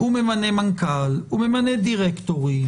הוא ממנה ממנכ"ל, ממנה דירקטורים.